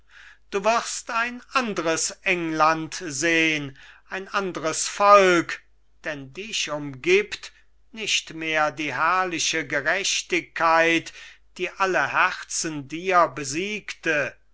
du wirst ein andres england sehn ein andres volk denn dich umgibt nicht mehr die herrliche gerechtigkeit die alle herzen dir besiegte